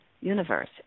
universe